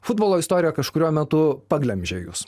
futbolo istorija kažkuriuo metu paglemžė jus